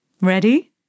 ready